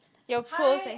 your pros